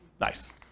Nice